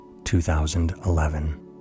2011